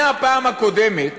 מהפעם הקודמת